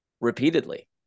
repeatedly